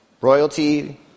royalty